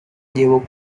llevó